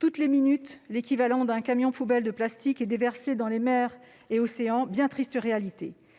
toutes les minutes, l'équivalent d'un camion poubelle de plastique est déversé dans les mers et les océans, bien triste réalité